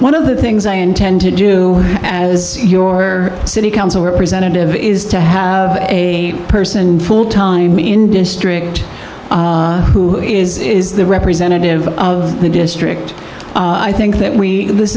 one of the things i intend to do as your city council representative is to have a person full time in district who is the representative of the district i think that we this